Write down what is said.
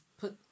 put